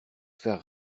faire